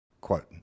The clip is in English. quote